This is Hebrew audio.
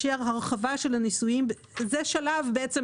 ואין עוד תיקונים נוספים שנדרשים.